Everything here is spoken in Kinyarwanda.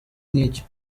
nk’icyo